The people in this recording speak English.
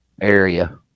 area